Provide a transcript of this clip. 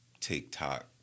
TikTok